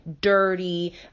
dirty